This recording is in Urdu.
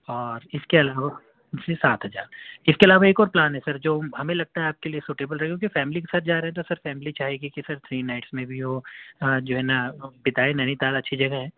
اور اِس کے علاوہ صرف سات ہزار اِس کے علاوہ ایک اور پلان ہے سر جو ہمیں لگتا ہے آپ کے لیے سوٹیبل رہے گا کیونکہ فیملی کے ساتھ جا رہے ہیں تو سر فیملی چاہے گی کہ سر تھری نائٹس میں بھی ہو اور جو ہے نا پتا ہے نینی تال اچھی جگہ ہے